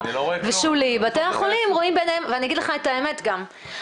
אני אגיד לך את האמת גם.